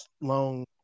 long